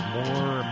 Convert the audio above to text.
more